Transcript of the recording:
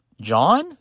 John